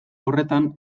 horretan